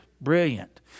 brilliant